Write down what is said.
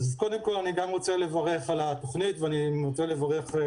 קודם כל אני גם רוצה לברך על התוכנית ואני רוצה לברך את